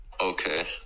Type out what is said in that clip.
okay